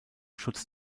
schutz